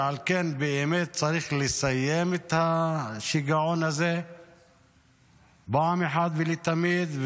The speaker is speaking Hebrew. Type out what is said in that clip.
ועל כן באמת צריך לסיים את השיגעון הזה פעם אחת ולתמיד,